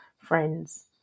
friends